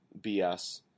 BS